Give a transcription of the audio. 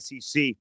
SEC